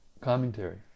commentary